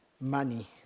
money